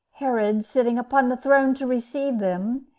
herod, sitting upon the throne to receive them,